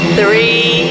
three